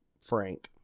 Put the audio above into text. Frank